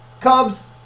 Cubs